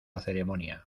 ceremonia